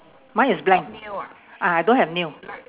mine is blank ah I don't have nail